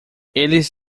eles